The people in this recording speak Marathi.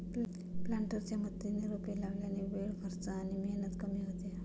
प्लांटरच्या मदतीने रोपे लावल्याने वेळ, खर्च आणि मेहनत कमी होते